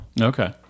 Okay